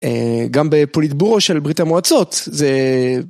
אה.. גם בפוליטבורו של ברית המועצות זה